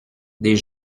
des